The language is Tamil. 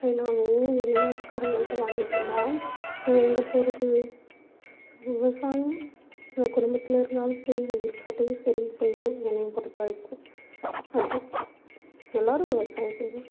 காய்லாம் வெளி நாட்டுகாரங்கள்கிட்ட வாங்கிட்டு இருந்தோம் எங்கே போகிறது ஸோ விவசாயம் நம்ம குடும்பத்தில் இருந்தாலும் சரி இல்லாட்டியும் சரி செய்யணும் என்னை பொறுத்த வரைக்கும் அதுதான் எல்லோரும் விவசாயம் செய்யணும்